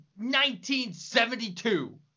1972